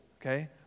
okay